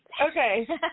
Okay